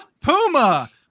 Puma